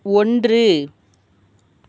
ஒன்று